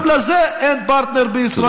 גם לזה אין פרטנר בישראל.